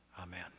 amen